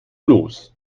los